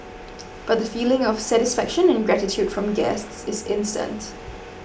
but the feeling of satisfaction and gratitude from guests is instant